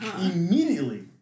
immediately